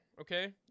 Okay